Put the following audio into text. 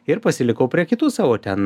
ir pasilikau prie kitų savo ten